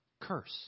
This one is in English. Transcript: curse